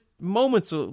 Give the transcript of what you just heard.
moments